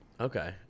Okay